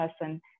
person